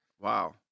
Wow